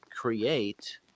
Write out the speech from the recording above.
create